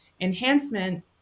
enhancement